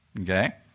okay